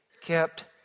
kept